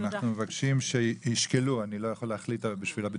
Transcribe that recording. אני לא יכול להחליט החלטות